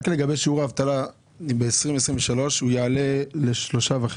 רק לגבי שיעורי האבטלה, ב-2023 הוא יעלה ל-3.5%.